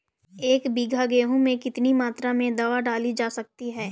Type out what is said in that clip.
एक बीघा गेहूँ में कितनी मात्रा में दवा डाली जा सकती है?